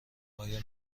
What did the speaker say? آیا